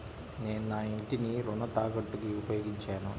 నేను నా ఇంటిని రుణ తాకట్టుకి ఉపయోగించాను